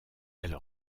elle